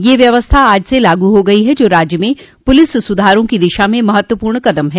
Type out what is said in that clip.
यह व्यवस्था आज से लागू हो गई है जो राज्य में पुलिस सुधारों की दिशा में महत्वपूर्ण कदम है